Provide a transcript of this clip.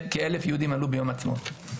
יחד עם כ-1,000 שעלו ביום העצמאות.